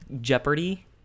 Jeopardy